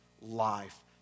life